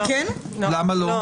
לא.